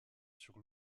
sur